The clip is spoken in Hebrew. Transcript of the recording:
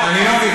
אני לא מבין,